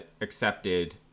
accepted